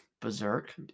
berserk